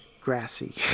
grassy